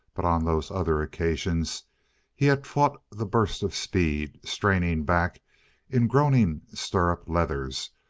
but on those other occasions he had fought the burst of speed, straining back in groaning stirrup leathers,